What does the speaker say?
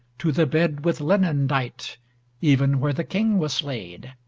to the bed with linen dight even where the king was laid.